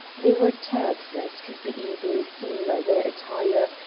they were turks, as could be easily seen by their attire,